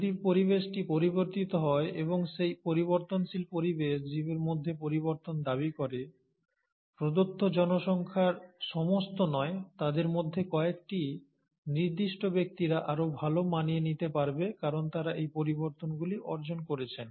যদি পরিবেশটি পরিবর্তিত হয় এবং সেই পরিবর্তনশীল পরিবেশ জীবের মধ্যে পরিবর্তন দাবি করে প্রদত্ত জনসংখ্যার সমস্ত নয় তাদের মধ্যে কয়েকটি নির্দিষ্ট ব্যক্তিরা আরও ভাল মানিয়ে নিতে পারবে কারণ তারা এই পরিবর্তনগুলি অর্জন করেছেন